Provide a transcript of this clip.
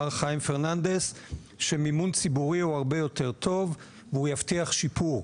אמר חיים פרננדס שמימון ציבורי הוא הרבה יותר טוב והוא יבטיח שיפור.